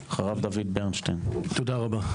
תודה רבה.